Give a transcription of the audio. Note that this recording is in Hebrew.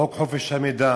חוק חופש המידע